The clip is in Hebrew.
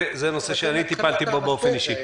נושא שאני טיפלתי בו באופן אישי